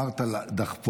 כשאמרת על הדחפורים,